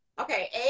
Okay